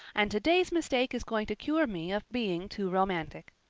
and today's mistake is going to cure me of being too romantic.